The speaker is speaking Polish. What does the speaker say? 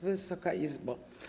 Wysoka Izbo!